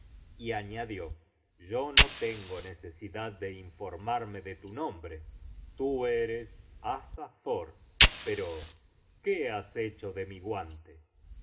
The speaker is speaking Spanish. y añadió yo no tengo necesidad de informarme de tu nombre content from google book search generated at content from google book search generated at tú eres asa thor pero qué has hecho de mi guante